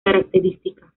característica